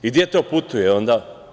I gde to putuje onda?